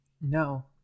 No